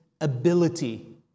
ability